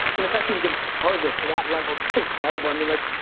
the the fact that you can target to that level, just incredible. i mean like,